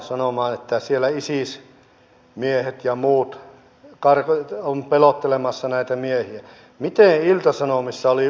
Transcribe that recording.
lähes kaikki puolueet ovat olleet ennen tätä hallitusta hallitusvastuussa eivätkä tulokset ole hurraamisen arvoisia